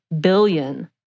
billion